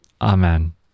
Amen